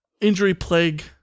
injury-plague